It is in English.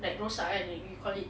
like rosak kan you you call it